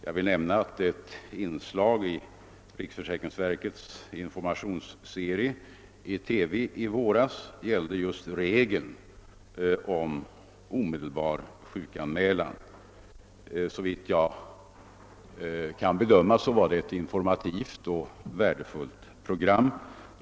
Jag vill i sammanhanget framhålla att ett TV-inslag i riksförsäkringsverkets informationsserie i våras gällde just regeln om omedelbar sjukanmälan, och såvitt jag kan bedöma var det ett informativt och värdefullt program.